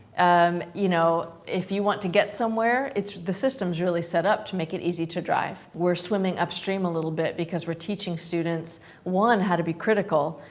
um, you know, if you want to get somewhere, the system's really set up to make it easy to drive. we're swimming upstream a little bit because we're teaching students one, how to be critical,